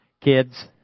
kids